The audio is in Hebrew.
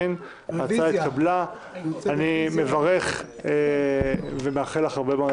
אין ההצעה להקמת הוועדה המיוחדת